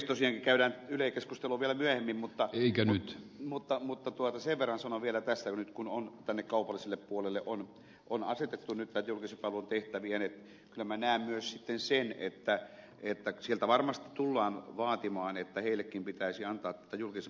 tosiaankin käydään yle keskustelua vielä myöhemmin mutta sen verran sanon vielä tässä nyt että kun tälle kaupalliselle puolelle on asetettu näitä julkisen palvelun tehtäviä niin kyllä minä näen myös sitten sen että sieltä varmasti tullaan vaatimaan että heillekin pitäisi antaa tätä julkisen palvelun rahaa